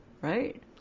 Right